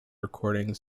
recording